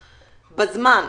בזמן.